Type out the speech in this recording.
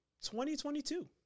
2022